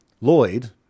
Lloyd